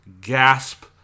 gasp